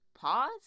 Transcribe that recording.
pause